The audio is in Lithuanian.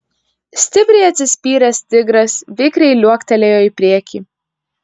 stipriai atsispyręs tigras vikriai liuoktelėjo į priekį